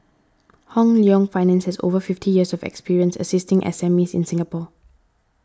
Hong Leong Finance has over fifty years of experience assisting SMEs in Singapore